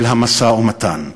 של המשא-ומתן.